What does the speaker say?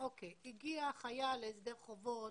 הגיע חייל להסדר חובות,